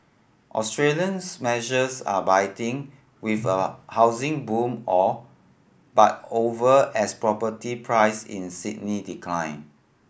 Australia's measures are biting with a housing boom all but over as property price in Sydney decline